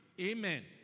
Amen